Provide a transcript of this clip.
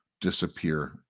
disappear